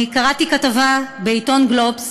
קראתי כתבה בעיתון גלובס